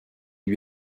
lui